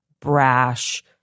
brash